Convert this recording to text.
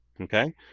okay